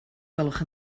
gwelwch